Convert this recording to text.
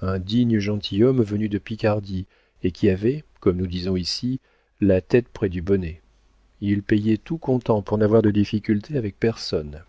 un digne gentilhomme venu de picardie et qui avait comme nous disons ici la tête près du bonnet il payait tout comptant pour n'avoir de difficultés avec personne